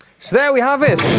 so there we have it.